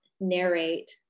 narrate